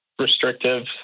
restrictive